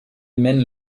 mène